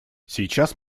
сейчас